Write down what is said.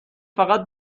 فقط